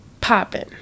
popping